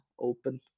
open